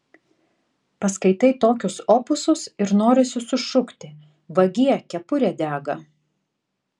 paskaitai tokius opusus ir nori sušukti vagie kepurė dega